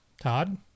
Todd